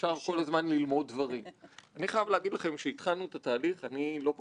כולנו למדנו מכם וכולנו חייבים לכם תודות גדולות.